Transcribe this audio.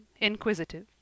inquisitive